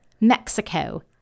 Mexico